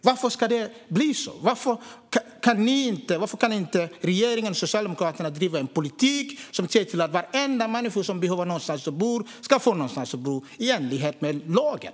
Varför kan inte regeringen och Socialdemokraterna driva en politik som ser till att varenda människa som behöver någonstans att bo ska få någonstans att bo i enlighet med lagen?